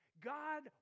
God